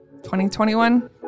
2021